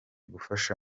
gufasha